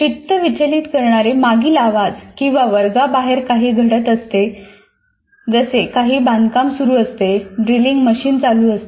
चित्त विचलित करणारे मागील आवाज किंवा वर्गाबाहेर काही घडत असते जसे काही बांधकाम सुरू असते ड्रिलिंग मशीन चालू असते